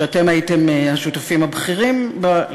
אתם הייתם השותפים הבכירים בה,